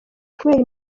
kubera